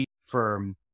firm